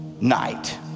night